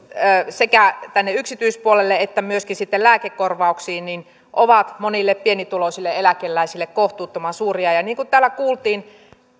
sekä tänne yksityispuolelle että myöskin sitten lääkekorvauksiin ovat monille pienituloisille eläkeläisille kohtuuttoman suuria ja niin kuin täällä kuultiin